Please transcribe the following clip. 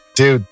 Dude